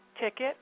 ticket